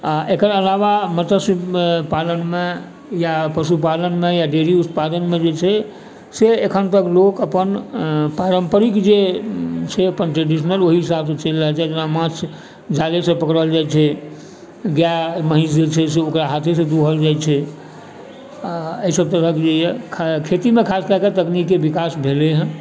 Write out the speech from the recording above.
आओर एकर आलावा मतस्य पालनमे या पशुपालनमे या डेयरी उत्पादनमे जे छै से एखन तक लोक अपन पारम्परिक जे छै अपन ट्रेडिशनल ओहि हिसाबसँ चलि रहल छै जेना माछ जालेसँ पकड़ल जाइत छै गाय महिस जे छै से ओकरा हाथेसँ दुहल जाइत छै आओर एहि सभ तरहके जे यऽ खेतीमे खासकए कऽ तकनिकी विकास भेलै हँ